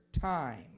time